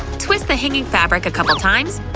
twist the hanging fabric a couple times.